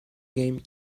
game